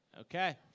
Okay